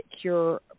cure